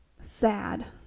sad